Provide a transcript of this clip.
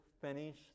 finish